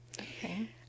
Okay